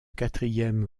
quatrième